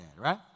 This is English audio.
right